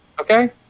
okay